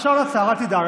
השעון עצר, אל תדאג.